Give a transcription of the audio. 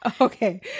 okay